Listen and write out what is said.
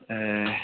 ए